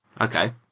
Okay